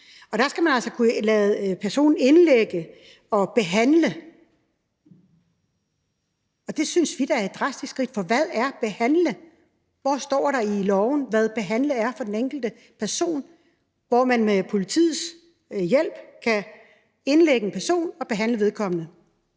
og der skal man altså kunne lade en person indlægge og behandle, og det synes vi da er et drastisk skridt, for hvad er »behandle«? Hvor står der i lovforslaget, hvad behandle er for den enkelte person – hvor man med politiets hjælp kan indlægge en person og behandle vedkommende?